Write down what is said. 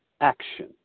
action